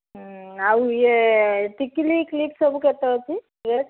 ଆଉ ଇଏ ଟିକିଲି କ୍ଲିପ୍ ସବୁ କେତେ ଅଛି ରେଟ୍